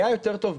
היה יותר טוב,